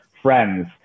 friends